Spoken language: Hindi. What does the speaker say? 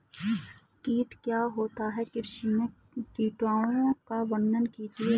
कीट क्या होता है कृषि में कीटों का वर्णन कीजिए?